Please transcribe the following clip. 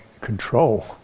control